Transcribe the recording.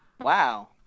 Wow